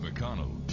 McConnell